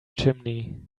chimney